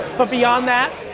but beyond that,